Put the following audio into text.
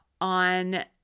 on